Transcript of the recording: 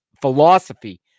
philosophy